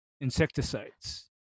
insecticides